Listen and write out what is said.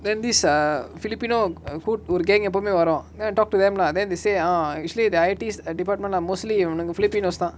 then this err filipino ah who ஒரு:oru gang எப்போவுமே வரு:eppovume varu then I talk to them lah then they say ah actually the I_T department are mostly இவனுங்க:ivanunga filipinos தா:tha